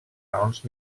raons